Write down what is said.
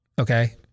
Okay